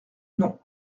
non